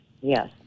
Yes